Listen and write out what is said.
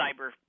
cyber